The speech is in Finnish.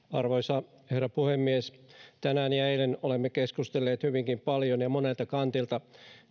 arvoisa herra puhemies tänään ja eilen olemme keskustelleet hyvinkin paljon ja ja monelta kantilta